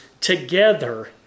together